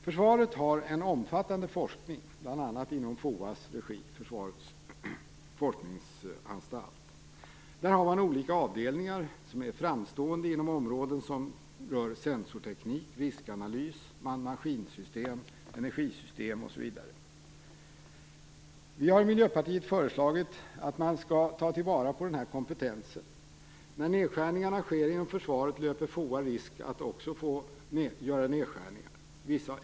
Försvaret har en omfattande forskning, bl.a. inom FOA, Försvarets forskningsanstalt. Där har man olika avdelningar som är framstående inom områden som rör sensorteknik, riskanalys, man-maskinsystem, energisystem osv. I Miljöpartiet har vi föreslagit att man skall ta till vara den här komptensen. När nedskärningar sker inom försvaret löper också FOA risk för nedskärningar.